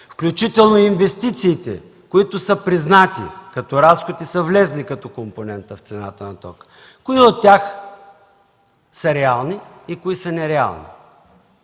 включително инвестициите, които са признати като разход и са влезли като компонент в цената на тока, кои от тях са реални и кои не са реални?